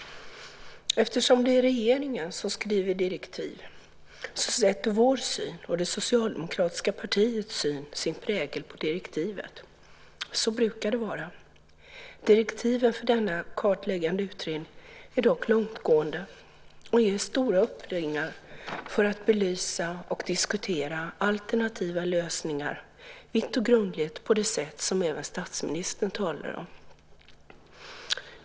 Eftersom det är regeringen som skriver direktiv sätter vår syn och det socialdemokratiska partiets syn sin prägel på direktivet. Så brukar det vara. Direktiven för denna kartläggande utredning är dock långtgående och ger stora öppningar för att belysa och diskutera alternativa lösningar vitt och grundligt på det sätt som även statsministern talade om.